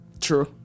True